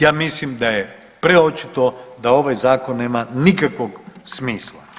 Ja mislim da je preočito da ovaj zakon nema nikakvog smisla.